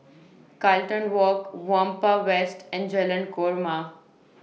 Carlton Walk Whampoa West and Jalan Korma